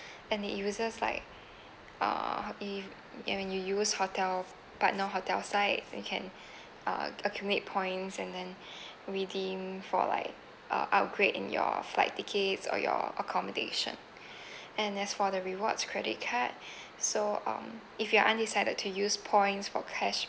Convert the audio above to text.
and it uses like uh if when you use hotel partner hotel sites you can uh accumulate points and then redeem for like uh upgrade in your flight tickets or your accommodation and as for the rewards credit card so um if you're undecided to use points for cash